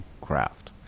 craft